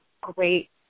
great